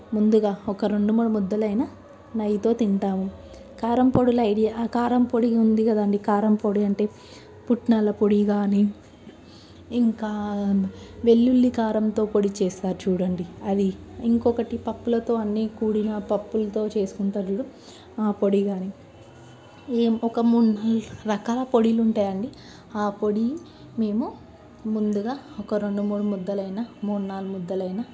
ముందుగా ఒక రెండు మూడు ముద్దలు అయిన నెయ్యితో తింటాము కారంపొడులు ఐడియా కారంపొడి ఉంది కదండి కారంపొడి అంటే పుట్నాల పొడి కాని ఇంకా వెల్లుల్లి కారంతో పొడి చేస్తారు చూడండి అది ఇంకొకటి పప్పులతో అన్నీ కూడిన పప్పులతో చేసుకుంటారు చూడు ఆ పొడి కానీ ఏ ఒక మూడు నాలుగు రకాల పొడులు ఉంటాయండి ఆ పొడి మేము ముందుగా ఒక రెండు మూడు ముద్దలు అయిన మూడు నాలుగు ముద్దలు అయిన